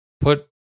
put